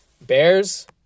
bears